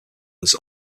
was